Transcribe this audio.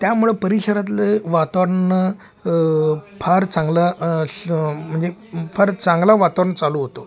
त्यामुळे परिसरातले वातावरण फार चांगलं श म्हणजे फार चांगला वातावरण चालू होतो